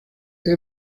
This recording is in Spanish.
the